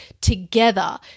together